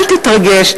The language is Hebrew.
אל תתרגש,